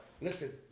listen